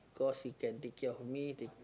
cause she can take care of me take